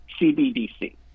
CBDC